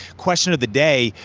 question of the day,